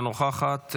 אינה נוכחת,